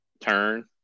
turn